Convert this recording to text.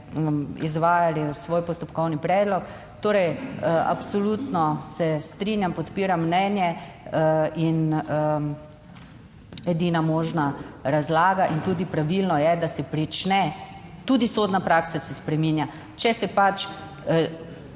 izvajali svoj postopkovni predlog. Torej, absolutno se strinjam, podpiram mnenje in edina možna razlaga in tudi pravilno je, da se prične, tudi sodna praksa se spreminja. Če se pač